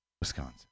Wisconsin